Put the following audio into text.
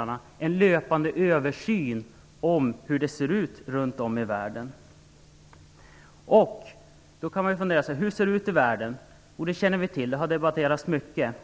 om en löpande översyn av hur det ser ut runtom i världen. Det är kanske en av de viktigaste delarna. Man kan fundera över hur det ser ut i världen. Jo, det känner vi till. Det har debatterats mycket.